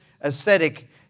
ascetic